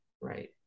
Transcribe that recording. Right